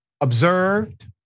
observed